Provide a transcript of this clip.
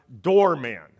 Doorman